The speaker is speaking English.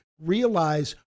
realize